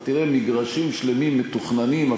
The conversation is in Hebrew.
אתה תראה מגרשים שלמים מתוכננים,